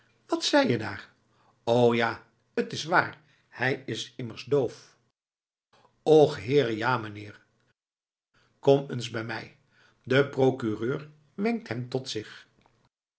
wat zei je daar o ja t is waar hij is immers doof och heere ja meneer kom eens bij mij de procureur wenkt hem tot zich